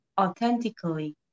authentically